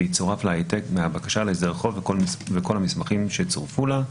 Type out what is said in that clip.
ויצורף לה העתק מהבקשה להסדר חוב וכל המסמכים שצורפו לה.